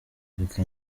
reka